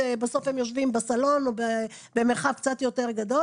בסוף הם יושבים בסלון או במרחב קצת יותר גדול.